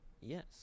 Yes